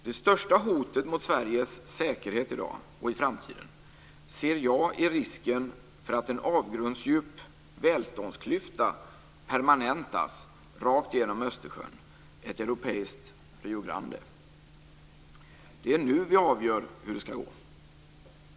Det största hotet mot Sveriges säkerhet i dag och i framtiden ser jag i risken för att en avgrundsdjup välståndsklyfta permanentas rakt igenom Östersjön, ett europeiskt Rio Det är nu vi avgör hur det ska gå.